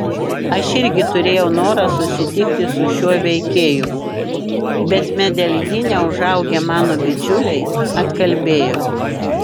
aš irgi turėjau norą susitikti su šiuo veikėju bet medeljine užaugę mano bičiuliai atkalbėjo